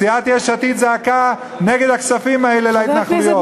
סיעת יש עתיד זעקה נגד הכספים האלה להתנחלויות.